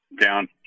down